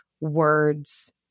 words